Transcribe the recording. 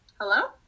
Hello